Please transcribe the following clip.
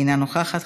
אינה נוכחת,